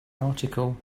article